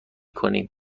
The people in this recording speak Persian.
کنیم